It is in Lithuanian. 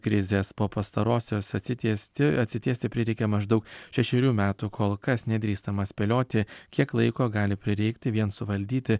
krizės po pastarosios atsitiesti atsitiesti prireikė maždaug šešerių metų kol kas nedrįstama spėlioti kiek laiko gali prireikti vien suvaldyti